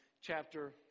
chapter